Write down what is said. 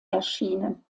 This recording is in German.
erschienen